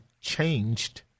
changed